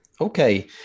Okay